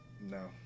no